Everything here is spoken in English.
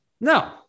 No